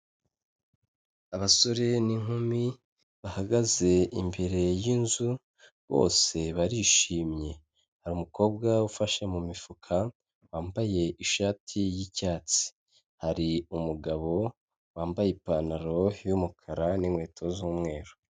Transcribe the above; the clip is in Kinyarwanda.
Abasore n'inkumi bahagaze imbere y'inzu bose barishimye hari umukobwa ufashe mu mifuka wambaye ishati y'icyatsi, hari umugabo wambaye ipantaro y'umukara n'inkweto z'umweru.